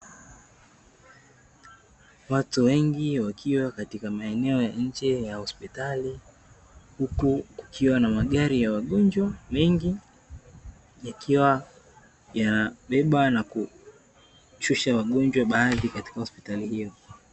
Watu wengi wakiwa katika maeneo ya nje ya hospitali, huku kukiwa na magari ya wagonjwa mengi, yakiwa yanabeba na kushusha wagonjwa baadhi katika hospitali hiyo.